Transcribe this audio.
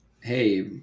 hey